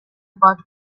about